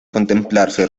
contemplarse